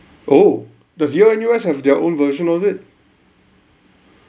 oh does your N_U_S have their own version of it